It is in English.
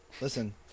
Listen